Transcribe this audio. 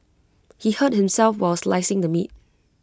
he hurt himself while slicing the meat